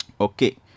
Okay